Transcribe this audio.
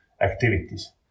activities